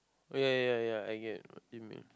oh ya ya ya I get what you mean